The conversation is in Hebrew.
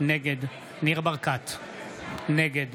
נגד ניר ברקת נגד